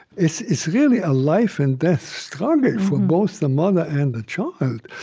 it's it's really a life-and-death struggle for both the mother and the child.